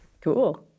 Cool